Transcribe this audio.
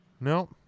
no